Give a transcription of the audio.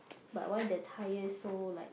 but why the tyre so like